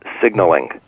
signaling